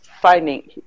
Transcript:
finding